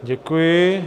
Děkuji.